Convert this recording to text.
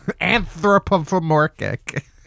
Anthropomorphic